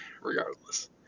regardless